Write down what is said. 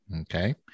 Okay